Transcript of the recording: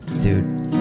dude